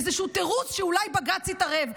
באיזשהו תירוץ שאולי בג"ץ יתערב.